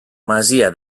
masia